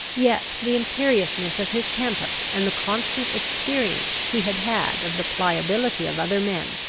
yet the imperiousness of his temper and the constant experience he had had of the pliability of other men,